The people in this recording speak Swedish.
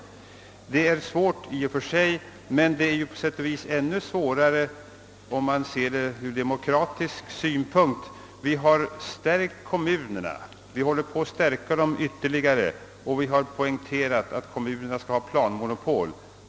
Även ur demokratisk synpunkt är det mycket svårt att finna dessa former. Vi har stärkt kommunerna och är i färd med att stärka dem ytterligare, och vi har poängterat att kommunerna skall ha planmonopol.